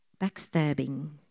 backstabbing